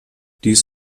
dies